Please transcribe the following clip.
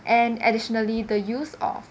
and additionally the use of